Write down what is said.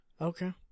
Okay